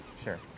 Sure